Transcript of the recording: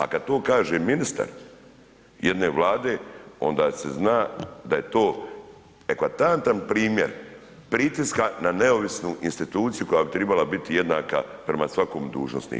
A kad to kaže ministar jedne Vlade, onda se zna da je to eklatantan primjer pritiska na neovisnu instituciju koja bi trebala biti jednaka prema svakom dužnosniku.